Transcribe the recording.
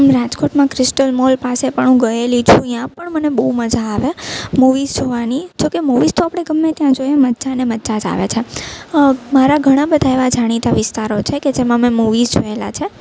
રાજકોટમાં Crystal Mall પાસે પણ હું ગયેલી છું ત્યાં પણ મને બહુ મજા આવે મુવીઝ જોવાની જોકે મુવીઝ તો આપણે ગમે ત્યાં જોઈએ મજાને મજા જ આવે છે મારા ઘણાં બધાં એવા જાણીતા વિસ્તારો છે કે જેમાં મેં મુવીઝ જોયેલા છે